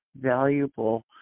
valuable